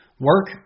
Work